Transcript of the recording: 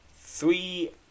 three